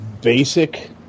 basic